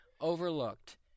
overlooked